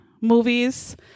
movies